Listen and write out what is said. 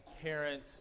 parent